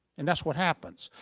and that's what happens.